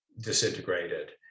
disintegrated